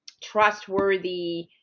trustworthy